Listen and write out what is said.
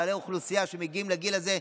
אנשים באוכלוסייה שמגיעים לגיל הזה,